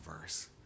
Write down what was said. verse